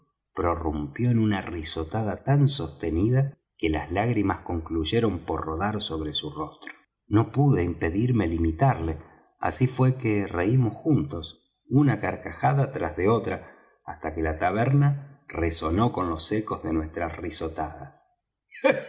prorrumpió en una risotada tan sostenida que las lágrimas concluyeron por rodar sobre su rostro no pude impedirme el imitarle así fué que reímos juntos una carcajada tras de otra hasta que la taberna resonó con los ecos de nuestras risotadas